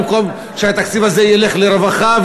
במקום שהתקציב הזה ילך לרווחה,